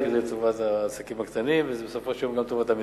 לטובת העסקים הקטנים וזה בסופו של דבר לטובת המדינה.